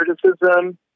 criticism